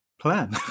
plan